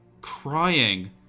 crying